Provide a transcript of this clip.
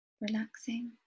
Relaxing